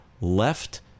left